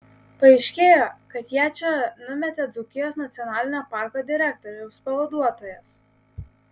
paaiškėjo kad ją čia numetė dzūkijos nacionalinio parko direktoriaus pavaduotojas